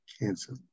cancer